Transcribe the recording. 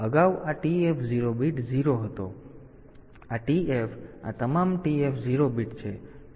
તેથી અગાઉ આ TF0 બીટ 0 હતો આ TF આ તમામ TF 0 બીટ છે